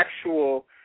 actual